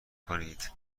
کنید